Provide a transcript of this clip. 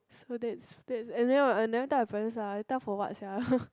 so that's that's and then what I never tell my parents ah I tell for what sia